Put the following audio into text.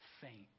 faint